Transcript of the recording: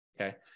Okay